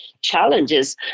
challenges